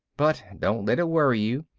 but don't let it worry you.